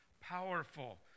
powerful